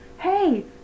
hey